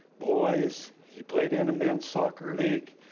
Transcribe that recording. boys, he played in a men's soccer league,